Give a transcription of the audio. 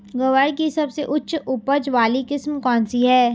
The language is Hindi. ग्वार की सबसे उच्च उपज वाली किस्म कौनसी है?